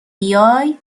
بیای